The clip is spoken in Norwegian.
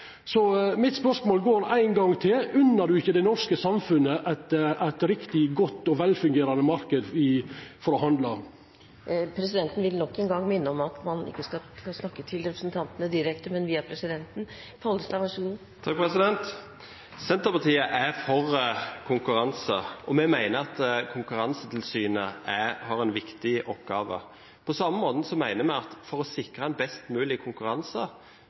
Så mitt spørsmål, endå ein gong, er: Unner du ikkje det norske samfunnet ein riktig god og velfungerande marknad for å handla? Presidenten vil nok en gang minne om at man ikke skal snakke til representantene direkte, men via presidenten. Senterpartiet er for konkurranse, og vi mener at Konkurransetilsynet har en viktig oppgave. På samme måten mener vi at for å sikre en best mulig konkurranse